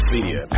Media